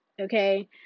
Okay